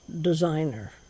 designer